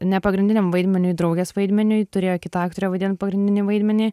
ne pagrindiniam vaidmeniui draugės vaidmeniui turėjo kita aktorė vaidint pagrindinį vaidmenį